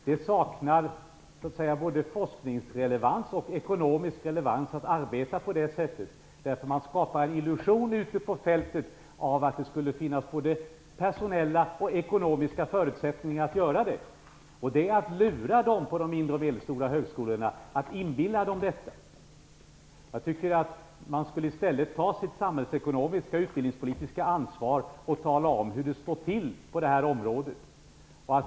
Det saknar både forskningsrelevans och ekonomisk relevans att arbeta på det sättet. Man skapar bara en illusion ute på fältet av att det skulle finnas både personella och ekonomiska förutsättningar att göra det. Att skapa en sådan illusion är att lura de mindre och medelstora högskolorna. I stället borde man ta sitt samhällsekonomiska och utbildningspolitiska ansvar och tala om hur det står till på det här området.